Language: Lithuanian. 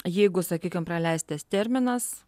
jeigu sakykim praleistas terminas